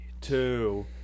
two